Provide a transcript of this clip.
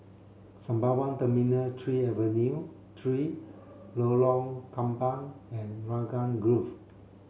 Sembawang Terminal three Avenue three Lorong Kembang and Raglan Grove